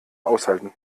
aushalten